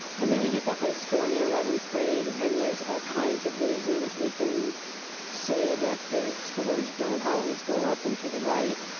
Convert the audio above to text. and then we get the high school and the eleventh grade and there's all kinds of reasons we can say that the scores, don't always go up and to the right,